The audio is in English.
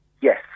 Yes